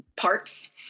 parts